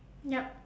yup